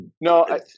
No